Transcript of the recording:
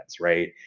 right